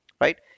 Right